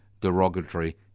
derogatory